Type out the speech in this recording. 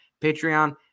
Patreon